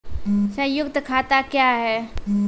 संयुक्त खाता क्या हैं?